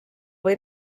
või